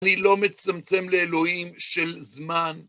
אני לא מצמצם לאלוהים של זמן.